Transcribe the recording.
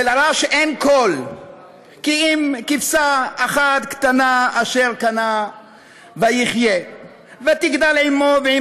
ולרש אין כל כי אם כבשה אחת קטנה אשר קנה ויחיה ותגדל עמו ועם